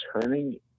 turning